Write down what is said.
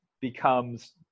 becomes